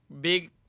big